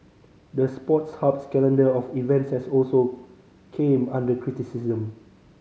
the Sports Hub's calendar of events has also came under criticism